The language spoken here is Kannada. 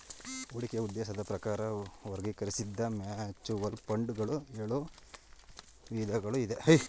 ಹೂಡಿಕೆಯ ಉದ್ದೇಶದ ಪ್ರಕಾರ ವರ್ಗೀಕರಿಸಿದ್ದ ಮ್ಯೂಚುವಲ್ ಫಂಡ್ ಗಳು ಎಳು ವಿಧಗಳು ಇದೆ